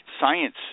science